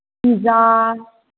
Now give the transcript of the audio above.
pizza